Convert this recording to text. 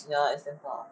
ya it's damn far